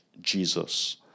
Jesus